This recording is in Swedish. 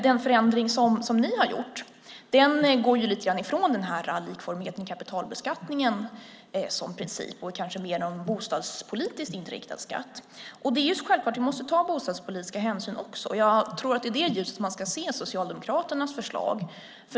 Den förändring som ni har gjort går ju lite grann ifrån den här likformigheten i kapitalbeskattningen som princip och är kanske mer av en bostadspolitiskt inriktad skatt. Självklart måste vi ta bostadspolitiska hänsyn också. Jag tror att det är i det ljuset man ska se Socialdemokraternas förslag.